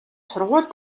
сургууль